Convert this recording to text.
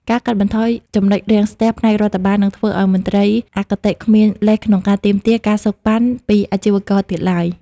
ការកាត់បន្ថយ ចំណុចរាំងស្ទះ ផ្នែករដ្ឋបាល នឹងធ្វើឱ្យមន្ត្រីអគតិគ្មានលេសក្នុងការទាមទារ ការសូកប៉ាន់ ពីអាជីវករទៀតឡើយ។